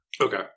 Okay